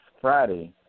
Friday